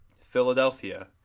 Philadelphia